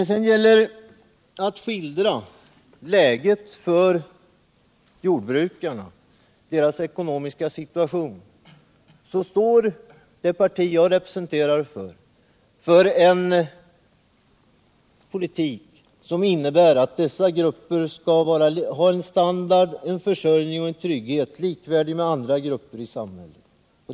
Då det gäller att skildra läget för jordbrukarna och deras ekonomiska situation står det parti jag representerar för en politik som innebär att 57 dessa grupper skall ha en standard, en försörjning och en trygghet som är likvärdig med andra gruppers i samhället.